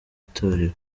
itorero